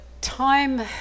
time